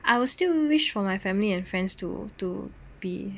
I will still wish for my family and friends to to be